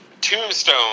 Tombstone